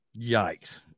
Yikes